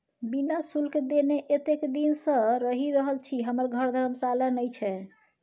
बिना शुल्क देने एतेक दिन सँ रहि रहल छी हमर घर धर्मशाला नहि छै